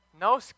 No